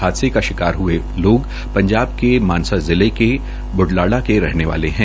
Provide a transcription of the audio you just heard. हादसे में शिकार हये लोग पंजाब के मानसा जिले के ब् लाडा के रहने वाले है